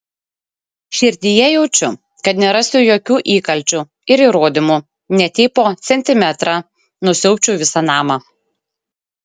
širdyje jaučiu kad nerasiu jokių įkalčių ir įrodymų net jei po centimetrą nusiaubčiau visą namą